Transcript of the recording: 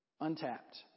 Untapped